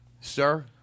Sir